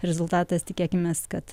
rezultatas tikėkimės kad